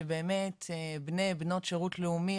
שבאמת בני או בנות שירות לאומי,